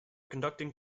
conducting